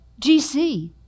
GC